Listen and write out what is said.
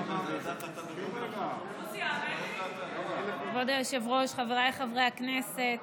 כבוד היושב-ראש, חבריי חברי הכנסת,